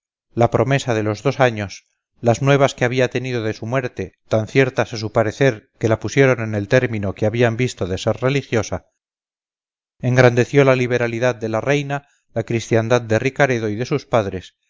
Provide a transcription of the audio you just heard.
la promesa de los dos años las nuevas que había tenido de su muerte tan ciertas a su parecer que la pusieron en el término que habían visto de ser religiosa engrandeció la liberalidad de la reina la christiandad de ricaredo y de sus padres